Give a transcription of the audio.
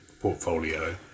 portfolio